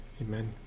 Amen